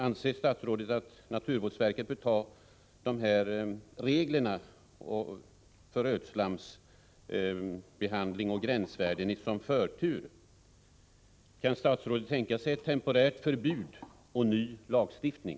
Anser statsrådet att naturvårdsverket bör ta reglerna för rötslamsbehandling och gränsvärden med förtur? Kan statsrådet tänka sig ett temporärt förbud och ny lagstiftning?